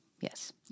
Yes